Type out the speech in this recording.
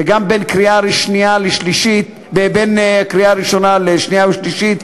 וגם בין קריאה ראשונה לקריאה שנייה ושלישית,